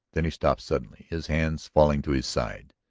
then he stopped suddenly, his hands falling to his sides.